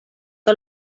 que